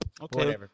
Okay